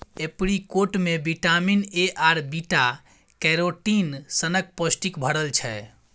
apricot मे vitamin A आर beta carotene सनक पौष्टिक भरल छै